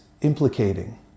implicating